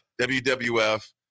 WWF